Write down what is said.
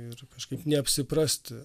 ir kažkaip neapsiprasti